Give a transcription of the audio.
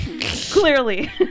clearly